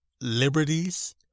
Liberties